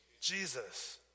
Jesus